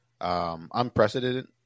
unprecedented